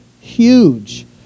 huge